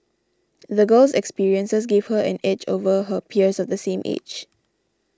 the girl's experiences gave her an edge over her peers of the same age